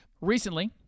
Recently